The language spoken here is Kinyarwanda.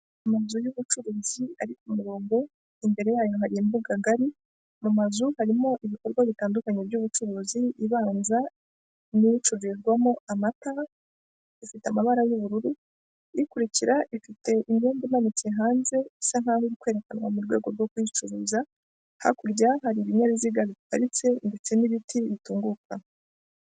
Mu nzu y'ubucuruzi ari umurongombo imbere yayu hajyamo akagari mu mazu harimo ibikorwa bitandukanye by'ubucuruzi ibanza ni icururizwamo amata ifite amabara y'ubururu ikurikira ifite imyenda imanitse hanze isa nkaho irikwerekanwa mu rwego rwo kuyicuruza, hakurya hari ibinyabiziga biparitse ndetse n'ibiti bitunguka.